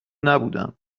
نبودم